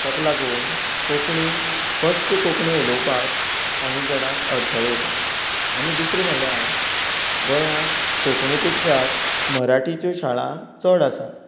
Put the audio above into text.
तेका लोगून कोंकणी स्पश्ट कोंकणी उलोवपाक काही जाणांक अडथळो येता आनी दुसरे म्हळ्यार गोंयाक कोंकणी पेक्षा मराठीच्यो शाळा चड आसात